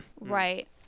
Right